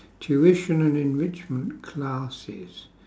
tuition and enrichment classes